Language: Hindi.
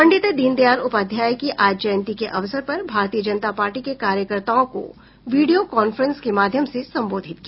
पंडित दीनदयाल उपाध्याय की आज जयंती के अवसर पर भारतीय जनता पार्टी के कार्यकर्ताओं को वीडियो कांफ्रेंस के माध्यम से संबोधित किया